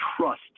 trust